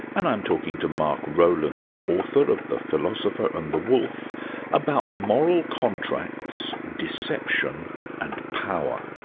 and i'm talking to mark rowlands, author of the philosopher and the wolf about moral contracts, deception and power.